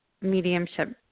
mediumship